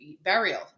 burial